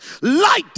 light